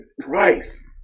price